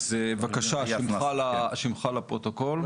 אז בבקשה, שמך לפרוטוקול.